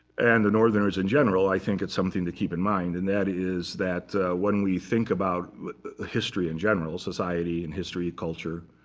and the northerners in general, i think it's something to keep in mind. and that is that when we think about history in general, society and history, culture,